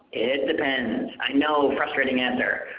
it depends. i know, frustrating answer.